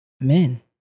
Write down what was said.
Men